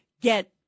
get